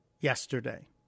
yesterday